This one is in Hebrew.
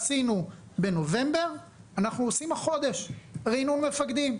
עשינו בנובמבר, אנחנו עושים החודש רענון מפקדי,